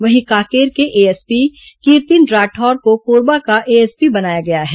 वहीं कांकेर के एएसपी कीर्तिन राठौर को कोरबा का एएसपी बनाया गया है